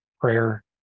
prayer